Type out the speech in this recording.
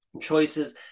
Choices